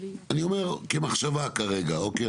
אני אומר כמחשבה כרגע, אוקיי?